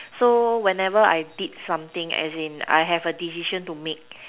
so whenever I did something as in I have a decision to make